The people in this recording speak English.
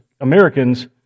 Americans